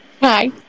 Hi